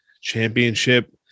Championship